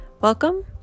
Welcome